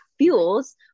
fuels